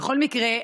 בכל מקרה,